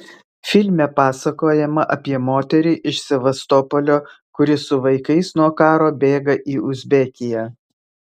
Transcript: filme pasakojama apie moterį iš sevastopolio kuri su vaikais nuo karo bėga į uzbekiją